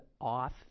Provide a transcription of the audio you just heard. off